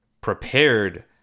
prepared